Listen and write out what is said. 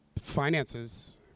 finances